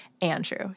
Andrew